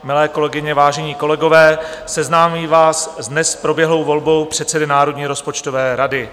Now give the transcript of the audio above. Milé kolegyně, vážení kolegové, seznámím vás s dnes proběhlou volbou předsedy Národní rozpočtové rady.